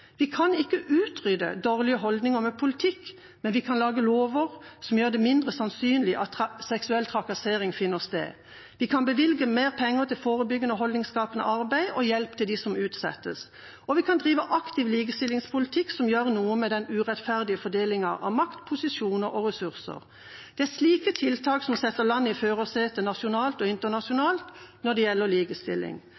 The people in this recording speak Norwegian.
Vi kan ikke utrydde dårlige holdninger med politikk, men vi kan lage lover som gjør det mindre sannsynlig at seksuell trakassering finner sted. Vi kan bevilge mer penger til forebyggende og holdningsskapende arbeid og hjelp til dem som utsettes, og vi kan drive aktiv likestillingspolitikk som gjør noe med den urettferdige fordelingen av makt, posisjoner og ressurser. Slike tiltak setter landet i førersetet nasjonalt og